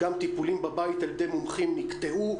גם טיפולים בבית על ידי מומחים נקטעו.